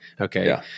Okay